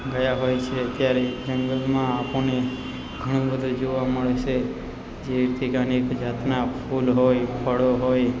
ગયા હોય છે ત્યારે જંગલમાં આપણને ઘણું બધું જોવા મળે છે જેવી રીતે અનેક જાતના ફૂલ હોય ફળો હોય